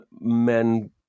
men